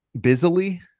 busily